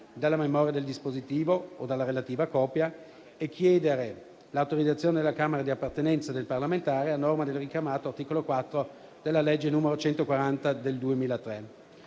dalla memoria del dispositivo o dalla relativa copia e chiedere l'autorizzazione alla Camera di appartenenza del parlamentare, a norma del richiamato articolo 4 della legge n. 140 del 2003.